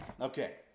okay